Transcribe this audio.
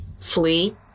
flee